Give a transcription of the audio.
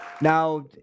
Now